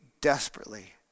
desperately